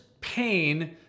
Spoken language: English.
pain